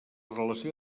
relació